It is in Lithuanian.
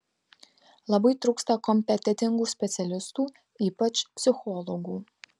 labai trūksta kompetentingų specialistų ypač psichologų